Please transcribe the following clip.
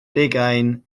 deugain